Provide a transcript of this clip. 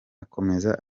akomeza